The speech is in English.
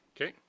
Okay